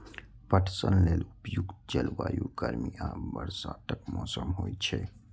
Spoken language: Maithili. पटसन लेल उपयुक्त जलवायु गर्मी आ बरसातक मौसम होइ छै